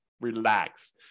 relax